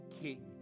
King